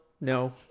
no